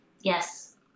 yes